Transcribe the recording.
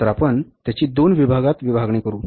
तर आपण त्याची दोन भागात विभागणी करू